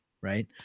right